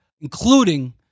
including